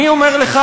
אני אומר לך,